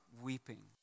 weeping